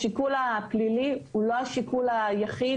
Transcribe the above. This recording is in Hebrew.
השיקול הפלילי הוא לא השיקול היחיד,